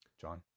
john